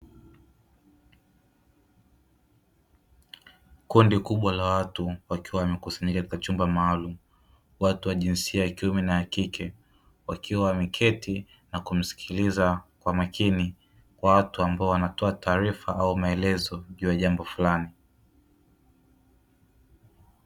Kundi kubwa la watu wakiwa wamekusanyika katika chumba maalumu; watu wa jinsia ya kiume na ya kike wakiwa wameketi na kumsikiliza kwa makini, watu ambao wanatoa taarifa au maelezo juu ya jambo fulani.